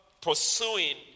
pursuing